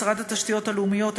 משרד התשתיות הלאומיות,